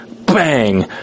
bang